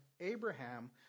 Abraham